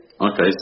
Okay